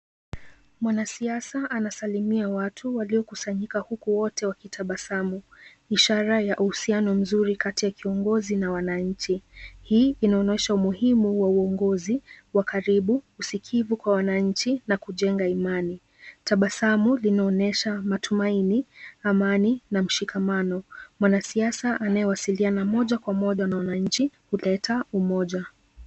Mwanasiasa anasalimia watu waliokusanyika huku wote wakitabasamu ishara ya uhusiano mzuri kati ya kiongozi na wananchi. Hii inaonyesha umuhimu wa uongozi wa karibu usikivu kwa wananchi na kujenga Imani. Tabasamu linaonyesha matumaini, amani na mshikamano . Mwanasiasa anayewasiliana moja kwa moja na wananchi huleta umoja.